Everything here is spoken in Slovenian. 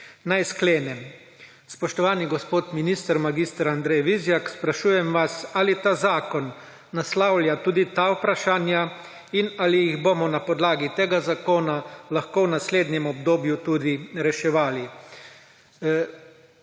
Naj sklenem. Spoštovani gospod minister mag. Andrej Vizjak, sprašujem vas: Ali ta zakon naslavlja tudi ta vprašanja in ali jih bomo na podlagi tega zakona lahko v naslednjem obdobju tudi reševali?